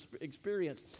experience